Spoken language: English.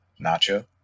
Nacho